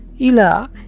Ila